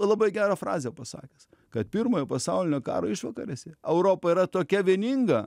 labai gerą frazę pasakęs kad pirmojo pasaulinio karo išvakarėse europa yra tokia vieninga